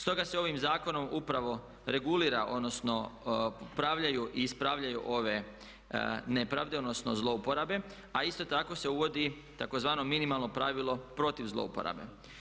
Stoga se ovim zakonom upravo regulira, odnosno popravljaju i ispravljaju ove nepravde, odnosno zlouporabe, a isto tako se uvodi tzv. minimalno pravilo protiv zlouporabe.